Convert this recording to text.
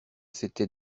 c’était